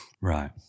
Right